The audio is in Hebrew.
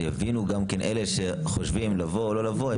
שגם אלה שחושבים אם לבוא או לא לבוא יבינו.